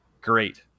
Great